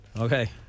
Okay